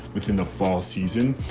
within the fall season,